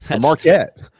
Marquette